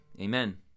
amen